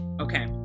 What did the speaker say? Okay